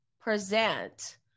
present